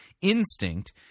Instinct